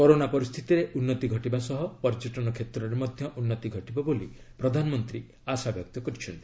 corona ପରିସ୍ଥିତିରେ ଉନ୍ତି ଘଟିବା ସହ ପର୍ଯ୍ୟଟନ କ୍ଷେତ୍ରରେ ମଧ୍ୟ ଉନ୍ତି ଘଟିବ ବୋଲି ପ୍ରଧାନମନ୍ତ୍ରୀ ଆଶାବ୍ୟକ୍ତ କରିଛନ୍ତି